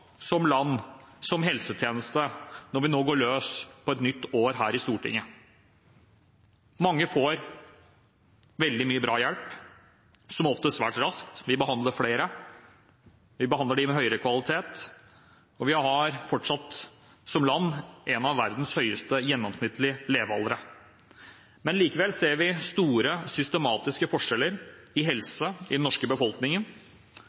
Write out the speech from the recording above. som land, som helsetjeneste, når vi nå går løs på et nytt år her i Stortinget? Mange får veldig mye bra hjelp, som oftest svært raskt. Vi behandler flere, og vi behandler dem med høyere kvalitet. Vi er fortsatt et av landene i verden med høyest gjennomsnittlig levealder. Men likevel ser vi store, systematiske forskjeller i helse i den norske befolkningen.